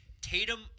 Tatum